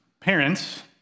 parents